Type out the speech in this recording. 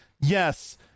yes